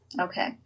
Okay